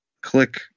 click